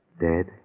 Dead